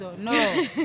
no